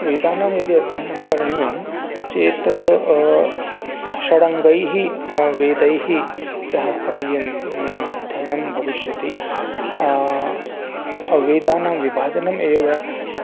वेदानां यदि अध्ययनं करणीयं चेत् षडङ्गैः वेदैः सह अध्ययन् अध्ययनं भविष्यति वेदानां विभाजनम् एव